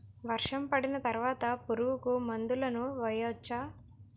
వర్షం పడిన తర్వాత పురుగు మందులను వేయచ్చా?